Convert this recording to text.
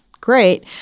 great